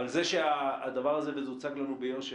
אבל זה שהדבר הזה וזה הוצג לנו ביושר